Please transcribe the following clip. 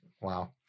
Wow